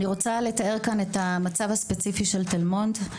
אני רוצה לתאר כאן את המצב הספציפי של תל מונד.